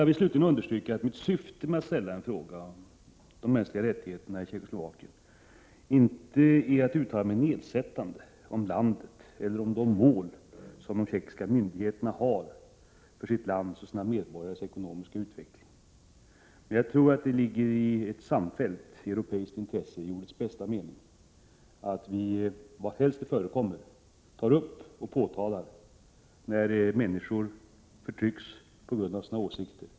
Jag vill slutligen understryka att mitt syfte med att interpellera om de mänskliga rättigheterna i Tjeckoslovakien inte är att Prot. 1987/88:65 uttala mig nedsättande om landet eller om de mål de tjeckoslovakiska 9 februari 1988 myndigheterna har för sitt lands och sina medborgares ekonomiska utveckling. Jag tror emellertid att det, i ordets bästa mening, är av ett samfällt europeiskt intresse att vi, var helst det förekommer, tar upp och påtalar när människor förtrycks på grund av sina åsikter.